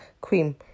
cream